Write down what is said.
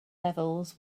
levels